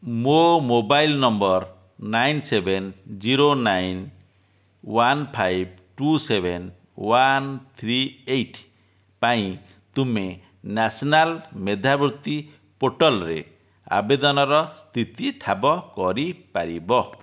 ମୋ mobile number nine seven zero nine one five two seven one three eight ପାଇଁ ତୁମେ national ମେଧାବୃତ୍ତି ପୋର୍ଟାଲରେ ଆବେଦନର ସ୍ଥିତି ଠାବ କରିପାରିବ